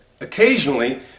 Occasionally